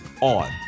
on